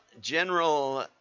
general